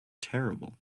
terrible